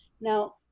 now